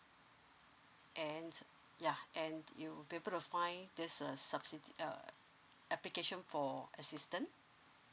and ya and you'd be able to find this uh subsidy uh application for assistant